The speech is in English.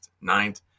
ninth